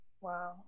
Wow